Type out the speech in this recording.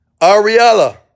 Ariella